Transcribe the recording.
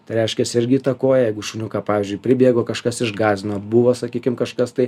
tai reiškias irgi įtakoja jeigu šuniuką pavyzdžiui pribėgo kažkas išgąsdino buvo sakykim kažkas tai